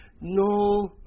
no